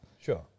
Sure